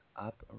up